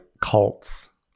cults